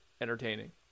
entertaining